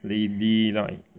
Lily right